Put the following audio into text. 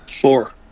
Four